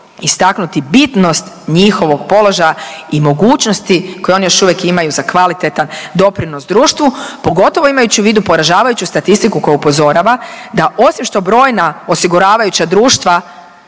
istaknuti bitnost njihovog položaja i mogućnosti koju oni još uvijek imaju za kvalitetan doprinos društvu, pogotovo imajući u vidu poražavajuću statistiku koja upozorava da osim što brojna osiguravajuća društva